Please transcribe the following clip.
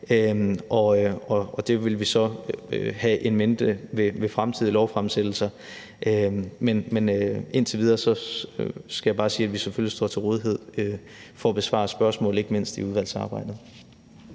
og det vil vi så have in mente ved fremtidige lovforslagsfremsættelser. Men indtil videre skal jeg bare sige, at vi selvfølgelig står til rådighed for at besvare spørgsmål, ikke mindst i udvalgsarbejdet.